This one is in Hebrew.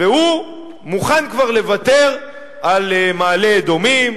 והוא מוכן כבר לוותר על מעלה-אדומים,